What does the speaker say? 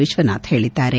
ವಿಶ್ವನಾಥ್ ಹೇಳಿದ್ದಾರೆ